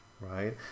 Right